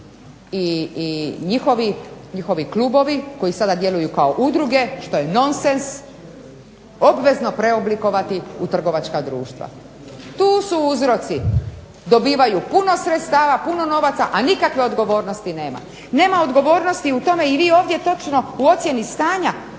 i njihovi klubovi koji sada djeluju udruge što je nonsens, obvezno preoblikovati u trgovačka društva. Tu su uzroci, dobivaju puno sredstava, puno novaca, a nikakve odgovornosti nema. Nema odgovornosti u tome i vi ovdje točno u ocjeni stanja